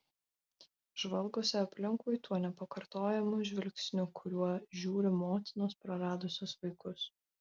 žvalgosi aplinkui tuo nepakartojamu žvilgsniu kuriuo žiūri motinos praradusios vaikus